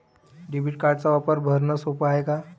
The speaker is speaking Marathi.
डेबिट कार्डचा वापर भरनं सोप हाय का?